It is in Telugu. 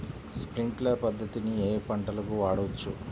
స్ప్రింక్లర్ పద్ధతిని ఏ ఏ పంటలకు వాడవచ్చు?